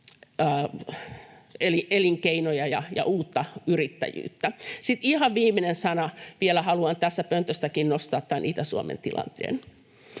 elinkeinoja ja uutta yrittäjyyttä. Sitten ihan viimeinen sana: Vielä haluan tästä pöntöstäkin nostaa tämän Itä-Suomen tilanteen.